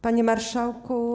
Panie Marszałku!